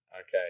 Okay